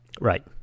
right